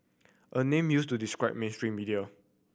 a name used to describe mainstream media